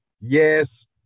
Yes